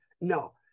no